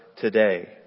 today